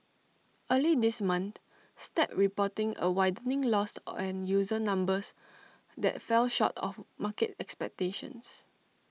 early this month snap reporting A widening loss and user numbers that fell short of market expectations